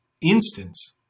instance